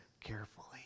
carefully